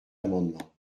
amendement